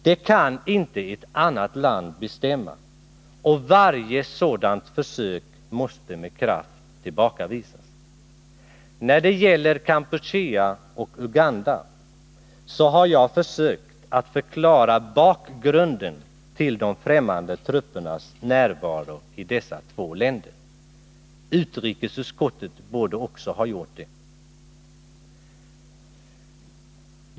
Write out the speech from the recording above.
Det kan inte ett annat land bestämma, och varje sådant försök måste med kraft tillbakavisas. När det gäller Kampuchea och Uganda så har jag försökt att förklara bakgrunden till de främmande truppernas närvaro i dessa två länder. Utrikesutskottet borde också ha gjort det.